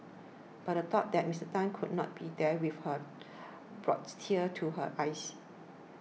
but the thought that Mister Tan could not be there with her brought tears to her eyes